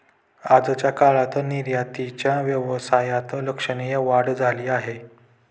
आजच्या काळात निर्यातीच्या व्यवसायात लक्षणीय वाढ झाली आहे